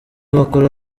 bakora